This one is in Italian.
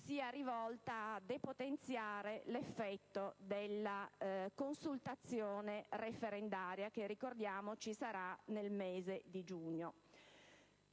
sia rivolta a depotenziare l'effetto della consultazione referendaria, che - ricordiamo - ci sarà nel mese di giugno.